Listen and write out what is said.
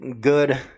good